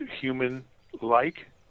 human-like